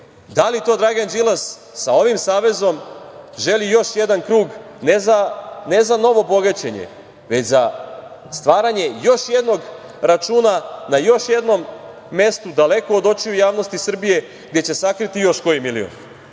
da li to Dragan Đilas sa ovim savezom želi još jedan krug ne za novo bogaćenje, već za stvaranje još jednog računa na još jednom mestu, daleko od očiju javnosti Srbije gde će sakriti još koji milion?